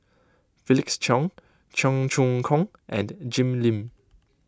Felix Cheong Cheong Choong Kong and Jim Lim